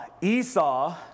esau